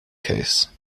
case